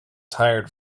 tired